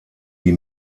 die